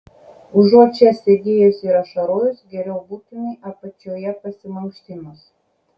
užuot čia sėdėjus ir ašarojus geriau būtumei apačioje pasimankštinus